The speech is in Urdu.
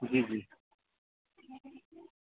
جی جی